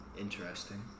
Interesting